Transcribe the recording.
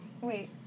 wait